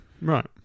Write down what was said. right